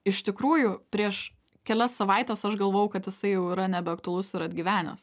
iš tikrųjų prieš kelias savaites aš galvojau kad jisai jau yra nebeaktualus ir atgyvenęs